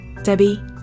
Debbie